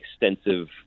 extensive